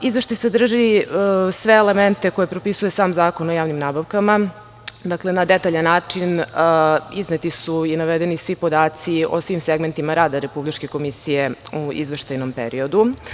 Izveštaj sadrži sve elemente koje propisuje sam Zakon o javnim nabavkama, dakle, na detaljan način izneti su i navedeni svi podaci o svim segmentima rada Republičke komisije u izveštajnom periodu.